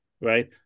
Right